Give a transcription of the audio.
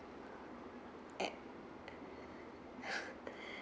at